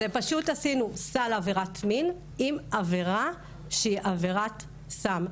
פשוט עשינו סל עבירת מין עם עבירה שהיא עבירת סם,